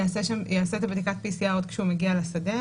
יעשה את בדיקת PCR עוד כשהוא מגיע לשדה.